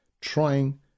trying